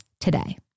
today